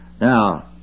Now